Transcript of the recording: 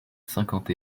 cinquante